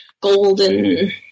golden